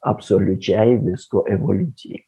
absoliučiai visko evoliucijai